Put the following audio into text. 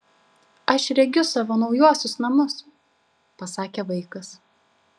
aš regiu savo naujuosius namus pasakė vaikas